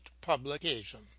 publication